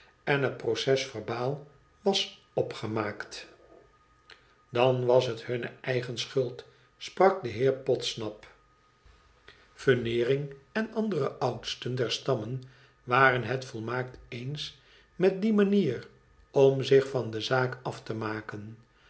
en er procesverbaal van was opgemaakt dan was het hunne eigen schuld sprak de heer podsnap veneering en andere oudsten der stammen waren het volmaakt eens met die manier om zich van de zaak af te maken